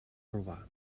robar